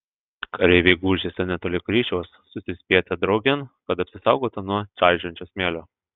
kareiviai gūžėsi netoli kryžiaus susispietė draugėn kad apsisaugotų nuo čaižančio smėlio